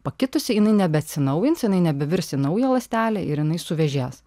pakitusi jinai nebe atsinaujins jinai nebe virs į naują ląstelę ir jinai suvežės